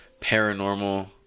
paranormal